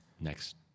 next